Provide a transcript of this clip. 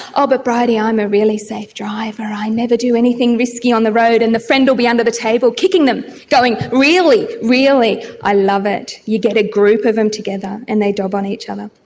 oh but bridie, i'm a really safe driver, i never do anything risky on the road and the friend will be under the table kicking them going, really? really? i love it. you get a group of them together and they dob on each other.